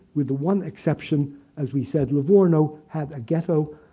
with the one exception as we said, livorno, had a ghetto.